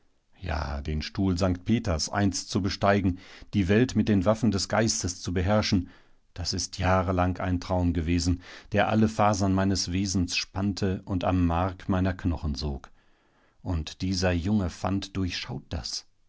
ja den stuhl sankt peters einst zu besteigen die welt mit den waffen des geistes zu beherrschen das ist jahrelang ein traum gewesen der alle fasern meines wesens spannte und am mark meiner knochen sog und dieser junge fant durchschaut das